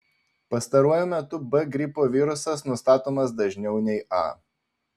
pastaruoju metu b gripo virusas nustatomas dažniau nei a